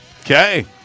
okay